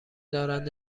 دارند